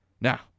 Now